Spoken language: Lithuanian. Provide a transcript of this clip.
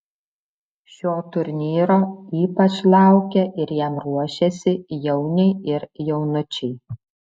šio turnyro ypač laukia ir jam ruošiasi jauniai ir jaunučiai